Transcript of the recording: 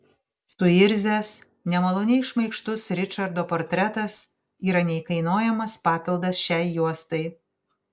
suirzęs nemaloniai šmaikštus ričardo portretas yra neįkainojamas papildas šiai juostai